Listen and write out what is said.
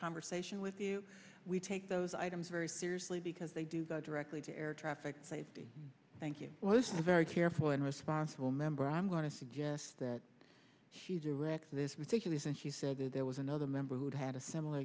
conversation with you we take those items very seriously because they do go directly to air traffic safety thank you was very careful and responsible member i'm i want to suggest that she's a wreck this meticulous and she said there was another member who had a similar